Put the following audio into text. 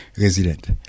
resident